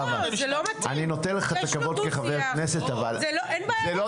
רואים שההחלטות שלו יעילות.